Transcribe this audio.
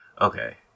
Okay